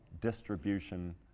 distribution